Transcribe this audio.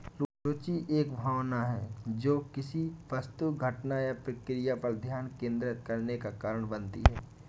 रूचि एक भावना है जो किसी वस्तु घटना या प्रक्रिया पर ध्यान केंद्रित करने का कारण बनती है